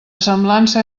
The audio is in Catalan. semblança